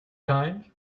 kind